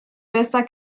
bester